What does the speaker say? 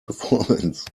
performance